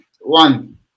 one